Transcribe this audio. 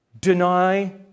deny